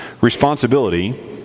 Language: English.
responsibility